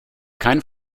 kein